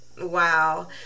wow